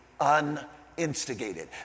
uninstigated